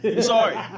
Sorry